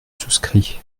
souscris